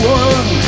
one